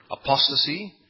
apostasy